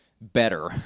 better